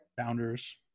Founders